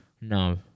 no